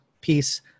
piece